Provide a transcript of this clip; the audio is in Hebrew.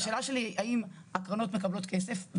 האם הקרנות מקבלות כסף,